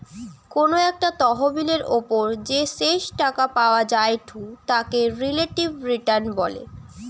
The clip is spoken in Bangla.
কোনো একটা তহবিলের ওপর যে শেষ টাকা পাওয়া জায়ঢু তাকে রিলেটিভ রিটার্ন বলে